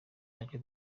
make